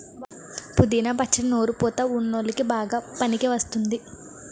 పుదీనా పచ్చడి నోరు పుతా వున్ల్లోకి బాగా పనికివస్తుంది